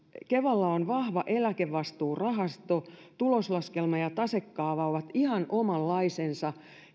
kevalla on vahva eläkevastuurahasto ja tuloslaskelma ja tasekaava ovat ihan omanlaisensa